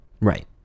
Right